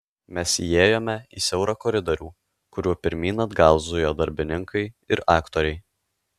mes įėjome į siaurą koridorių kuriuo pirmyn atgal zujo darbininkai ir aktoriai